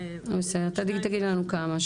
תגידי לנו כמה.